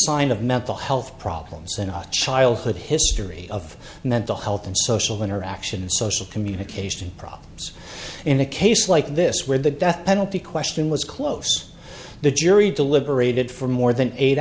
sign of mental health problems and childhood history of mental health and social interactions social communication problems in a case like this where the death penalty question was close the jury deliberated for more than eight